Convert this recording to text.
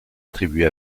attribuée